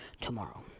tomorrow